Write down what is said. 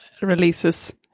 releases